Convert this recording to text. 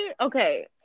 okay